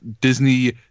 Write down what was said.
Disney